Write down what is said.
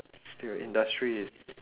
still industry is